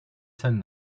send